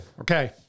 Okay